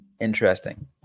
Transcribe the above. Interesting